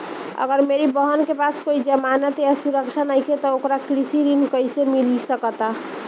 अगर मेरी बहन के पास कोई जमानत या सुरक्षा नईखे त ओकरा कृषि ऋण कईसे मिल सकता?